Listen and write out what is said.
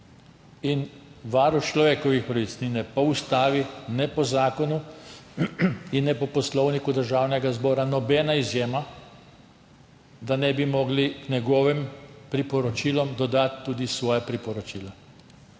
Varuh človekovih pravic ni ne po ustavi ne po zakonu in ne po Poslovniku Državnega zbora nobena izjema, da ne bi mogli k njegovim priporočilom dodati tudi svojih priporočil.